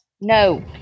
No